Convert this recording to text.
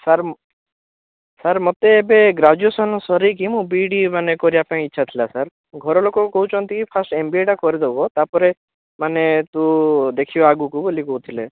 sir sir ମୋତେ ଏବେ graduation ସରାଇକି ମୁଁ ବି ଇ ଡ଼ି ମାନେ କରିବା ପାଇଁ ଇଚ୍ଛା ଥିଲା ସାର୍ ଘରଲୋକ କହୁଛନ୍ତି ଫାର୍ଷ୍ଟ ଏମ୍ବିଏଟା କରିଦେବ ତା'ପରେ ମାନେ ତୁ ଦେଖିବା ଆଗକୁ ବୋଲି କହୁଥିଲେ